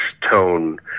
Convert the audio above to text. tone